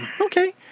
Okay